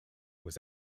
was